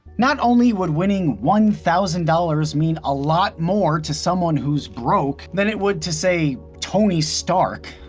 not only would winning one thousand dollars mean a lot more to someone who's broke than it would to, say, tony stark,